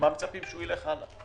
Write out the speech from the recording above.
עם מה מצפים שהוא ילך הלאה?